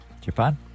Japan